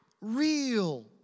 real